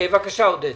בבקשה, עודד.